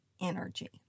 energy